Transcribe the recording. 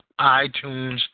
iTunes